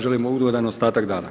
Želim ugodan ostatak dana.